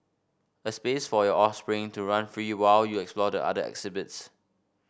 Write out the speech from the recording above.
a space for your offspring to run free while you explore the other exhibits